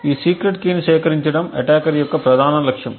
ఈ సీక్రెట్ కీని సేకరించడం అటాకర్ యొక్క ప్రధాన లక్ష్యం